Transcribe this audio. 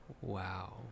wow